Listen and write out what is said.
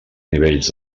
nivells